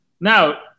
now